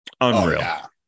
unreal